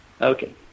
Okay